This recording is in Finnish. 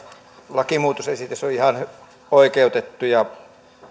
lakimuutosesitys on ihan oikeutettu